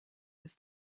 was